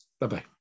Bye-bye